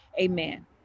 amen